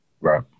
Right